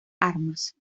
armas